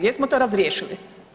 Jesmo to razriješili?